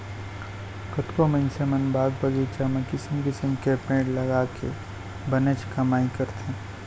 कतको मनसे मन बाग बगीचा म किसम किसम के पेड़ लगाके बनेच कमाई करथे